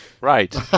Right